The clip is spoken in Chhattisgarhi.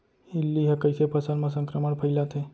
इल्ली ह कइसे फसल म संक्रमण फइलाथे?